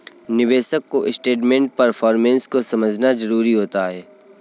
निवेशक को investment performance को समझना जरुरी होता है